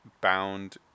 bound